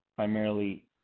primarily